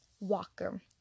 Walker